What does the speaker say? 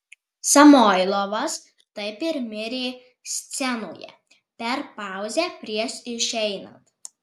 samoilovas taip ir mirė scenoje per pauzę prieš išeinant